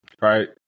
Right